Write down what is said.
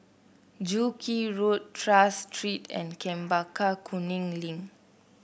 Joo Kee Road Tras Street and Chempaka Kuning Link